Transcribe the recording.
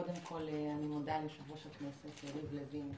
קודם כול, אני מודה ליושב-ראש הכנסת יריב לוין.